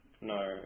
No